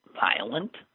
violent